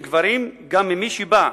מגברים, גם ממי שבא.